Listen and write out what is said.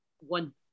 One